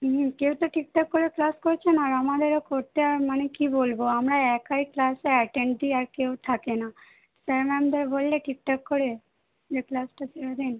হুম কেউ তো ঠিকঠাক করে ক্লাস করছে না আর আমাদেরও করতে আর মানে কী বলব আমরা একাই ক্লাসে অ্যাটেন্ড দিই আর কেউ থাকে না স্যার ম্যামদের বললে ঠিকঠাক করে যে ক্লাস টাস নেবেন